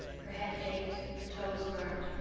her head ached her toes burned.